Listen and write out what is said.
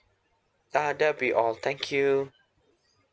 uh that'll be all thank you